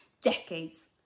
decades